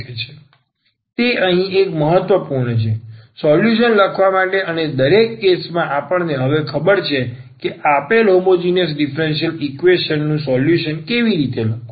તે અહીં એક મહત્વપૂર્ણ છે સોલ્યુશન લખવા માટે અને દરેક કેસમાં આપણને હવે ખબર છે કે આપેલ હોમોજીનીયસ ડીફરન્સીયલ ઈક્વેશન નું સોલ્યુશન કેવી રીતે લખવું